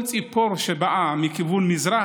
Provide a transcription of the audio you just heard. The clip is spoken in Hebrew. כל ציפור שבאה מכיוון מזרח,